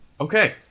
Okay